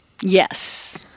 Yes